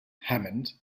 hammond